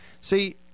See